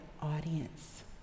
audience